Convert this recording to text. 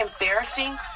embarrassing